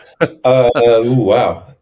Wow